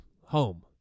home